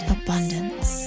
abundance